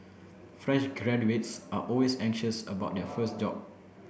fresh graduates are always anxious about their first job